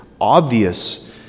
obvious